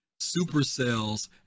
supercells